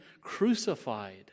crucified